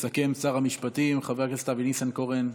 יסכם שר המשפטים חבר הכנסת אבי ניסנקורן.